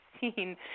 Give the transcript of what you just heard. seen